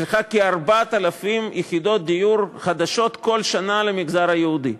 צריכה כ-4,000 יחידות דיור חדשות כל שנה למגזר היהודי,